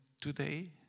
today